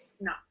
No